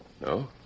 No